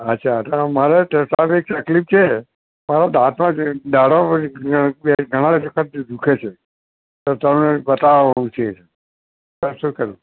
અચ્છા એટલે મારે શારિરીક તકલીફ છે મારા દાંતમાં જે દાઢો ઘણા વખતથી દુઃખે છે તો તમને બતાવવા આવવું છે તો શું કરું